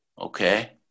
okay